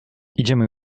idziemy